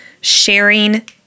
sharing